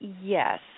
yes